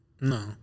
No